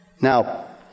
Now